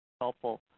helpful